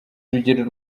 urugero